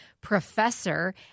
professor